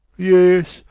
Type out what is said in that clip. yes!